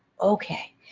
Okay